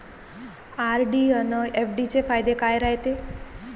RD अन FD चे फायदे काय रायते?